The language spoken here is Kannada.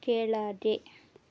ಕೆಳಗೆ